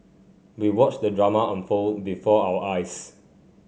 we watched the drama unfold before our eyes